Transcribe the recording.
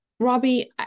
Robbie